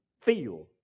feel